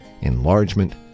enlargement